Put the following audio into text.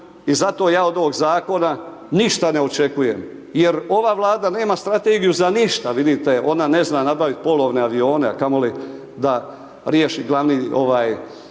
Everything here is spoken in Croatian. i zato ja od ovoga Zakona ništa ne očekujem jer ova Vlada nema strategiju za ništa, vidite, ona ne zna nabavit polovne avione, a kamo li da riješi glavni